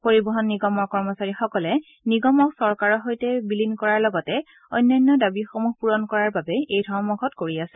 পৰিবহন নিগমৰ কৰ্মচাৰীসকলে নিগমক চৰকাৰৰ সৈতে বিলীন কৰাৰ লগতে অন্যান্য দাবীসমূহ পূৰণ কৰাৰ বাবে এই ধৰ্মঘট কৰি আছে